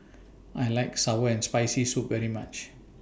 I like Sour and Spicy Soup very much